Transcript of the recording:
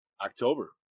October